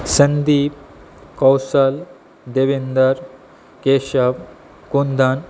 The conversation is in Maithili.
सन्दीप कौशल देवेन्द्र केशव कुन्दन